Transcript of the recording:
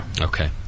Okay